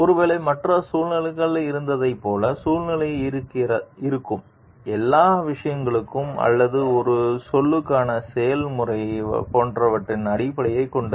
ஒருவேளை மற்ற சூழ்நிலைகள் இருப்பதைப் போல சூழ்நிலையில் இருக்கும் எல்லா விஷயங்களும் அல்லது ஒரு சொல்லுக்கான செயல் போன்றவற்றை அடிப்படையாகக் கொண்டது